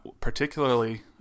particularly